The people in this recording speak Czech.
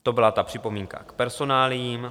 To byla ta připomínka k personáliím.